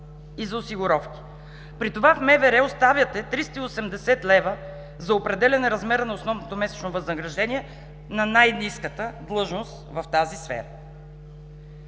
на вътрешните работи оставяте 380 лв. за определяне размера на основното месечно възнаграждение на най-ниската длъжност в тази сфера.